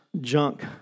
junk